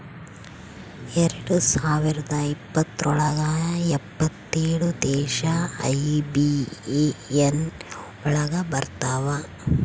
ಎರಡ್ ಸಾವಿರದ ಇಪ್ಪತ್ರೊಳಗ ಎಪ್ಪತ್ತೇಳು ದೇಶ ಐ.ಬಿ.ಎ.ಎನ್ ಒಳಗ ಬರತಾವ